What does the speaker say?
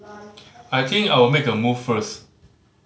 I think I'll make a move first